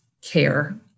care